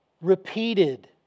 Repeated